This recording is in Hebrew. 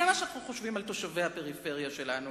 זה מה שאנחנו חושבים על תושבי הפריפריה שלנו.